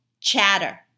chatter